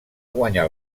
guanyar